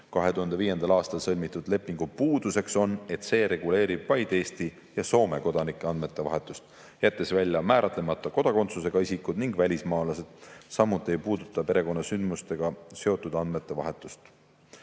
2005. aastal sõlmitud lepingu puudus on, et see reguleerib vaid Eesti ja Soome kodanike andmete vahetust, jättes välja määratlemata kodakondsusega isikud ning välismaalased. Samuti ei puuduta [leping] perekonnasündmustega seotud andmete vahetust.